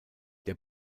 der